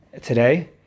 today